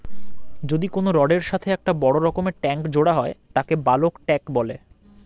যদি কোনো রডের এর সাথে একটা বড় রকমের ট্যাংক জোড়া হয় তাকে বালক ট্যাঁক বলে